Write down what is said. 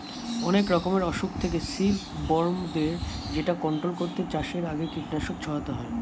অনেক রকমের অসুখ থেকে সিল্ক বর্মদের যেটা কন্ট্রোল করতে চাষের আগে কীটনাশক ছড়াতে হয়